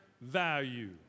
value